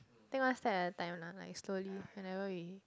take one step at a time lah like slowly whenever we